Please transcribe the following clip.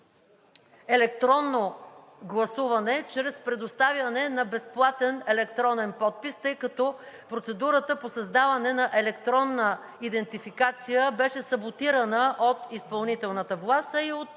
електронно гласуване чрез предоставяне на безплатен електронен подпис, тъй като процедурата по създаване на електронна идентификация беше саботирана от изпълнителната власт, а и от